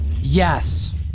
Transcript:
yes